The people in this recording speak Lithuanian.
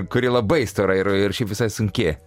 kuri labai stora ir ir šiaip visai sunki